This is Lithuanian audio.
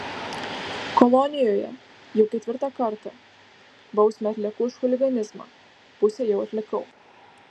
kolonijoje jau ketvirtą kartą bausmę atlieku už chuliganizmą pusę jau atlikau